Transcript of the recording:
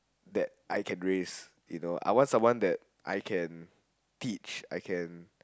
that I can raise you know I want someone that I can teach I can